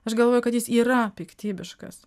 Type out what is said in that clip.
aš galvoju kad jis yra piktybiškas